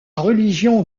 religion